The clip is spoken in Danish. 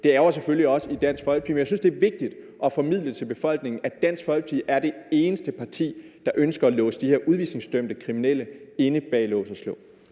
Det ærgrer selvfølgelig os i Dansk Folkeparti, men jeg synes, det er vigtigt at formidle til befolkningen, at Dansk Folkeparti er det eneste parti, der ønsker at låse de her udvisningsdømte kriminelle inde bag lås og slå.